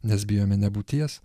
nes bijome nebūties